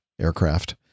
aircraft